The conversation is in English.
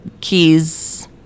keys